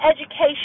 education